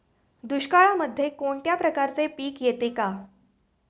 दुष्काळामध्ये कोणत्या प्रकारचे पीक येते का?